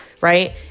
Right